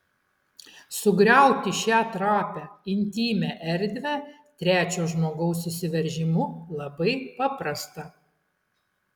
sugriauti šią trapią intymią erdvę trečio žmogaus įsiveržimu labai paprasta